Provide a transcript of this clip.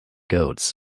goats